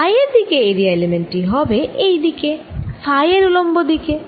phi এর দিকে area element টি হবে এই দিকে ফাই এর উলম্ব দিকে